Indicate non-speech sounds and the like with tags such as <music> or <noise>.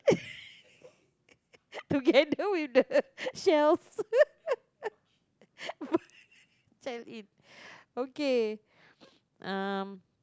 <laughs> together with the shells <laughs> shell in okay um